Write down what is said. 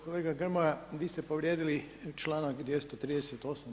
Kolega Grmoja, vi ste povrijedili članak 238.